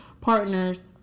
partners